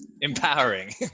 Empowering